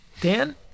Dan